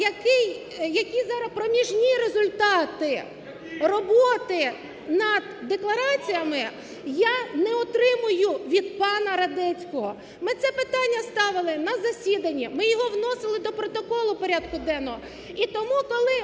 які зараз проміжні результати роботи над деклараціями, я не отримую від пана Радецького. Ми це питання ставили на засіданні, ми його вносили до протоколу порядку денного.